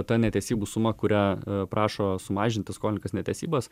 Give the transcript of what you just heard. ta netesybų suma kurią prašo sumažinti skolininkas netesybas